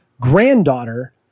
granddaughter